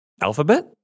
Alphabet